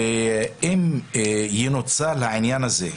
שאם ינוצל העניין הזה,